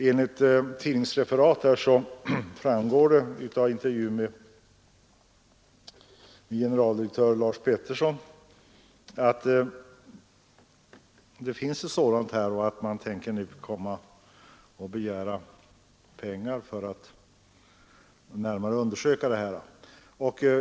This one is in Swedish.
Av en tidningsintervju med generaldirektör Lars Peterson framgår att det finns ett sådant material och att man nu tänker begära pengar för att närmare undersöka frågan om snabbtåg.